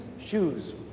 shoes